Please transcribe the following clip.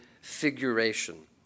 figuration